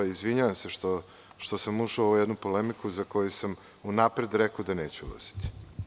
Izvinjavam se što sam ušao u ovu jednu polemiku za koju sam unapred rekao da neću ulaziti.